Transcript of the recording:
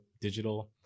digital